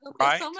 right